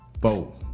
Four